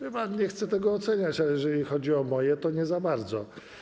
Wie pan, nie chcę tego oceniać, ale jeżeli chodzi o moje, to nie za bardzo.